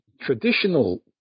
traditional